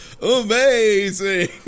amazing